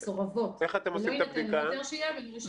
מסורבות ולא יינתן היתר שהייה.